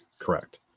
Correct